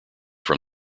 from